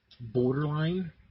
borderline